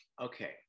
okay